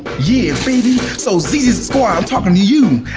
yeah baby, so zz's squad, i'm talking' to you!